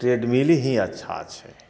trade mill हीँ अच्छा छै